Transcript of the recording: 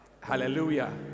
Hallelujah